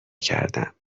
کردم